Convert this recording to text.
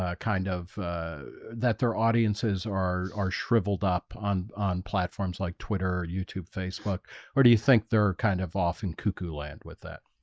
ah kind of ah that their audiences are are shriveled up on on platforms like twitter or youtube facebook or do you think they're kind of off in cuckoo land with that?